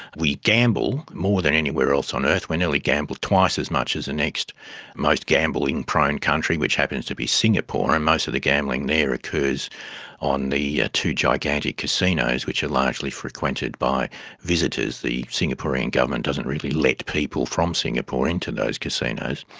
we gamble more than anywhere else on earth. we nearly gamble twice as much as the next most gambling prone country, which happens to be singapore, and most of the gambling there occurs on the two gigantic casinos which are largely frequented by visitors. the singaporean government doesn't really let people from singapore into those casinos.